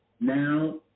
now